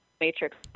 matrix